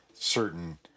Certain